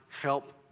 help